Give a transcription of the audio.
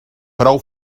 prou